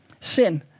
Sin